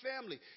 family